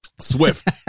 Swift